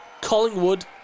Collingwood